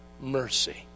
mercy